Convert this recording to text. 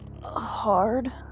Hard